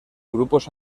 grupos